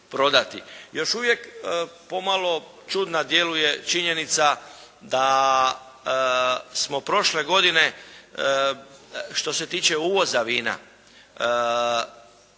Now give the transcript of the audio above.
Još uvijek pomalo čudno djeluje činjenica da smo prošle godine što se tiče uvoza vina,